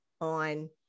on